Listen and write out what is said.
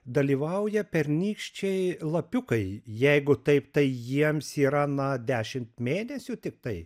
dalyvauja pernykščiai lapiukai jeigu taip tai jiems yra na dešimt mėnesių tiktai